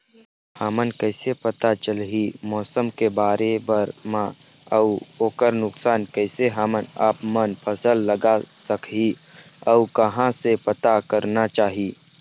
हमन कैसे पता चलही मौसम के भरे बर मा अउ ओकर अनुसार कैसे हम आपमन फसल लगा सकही अउ कहां से पता करना चाही?